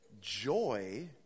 joy